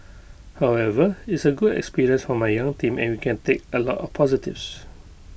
however it's A good experience for my young team and we can take A lot of positives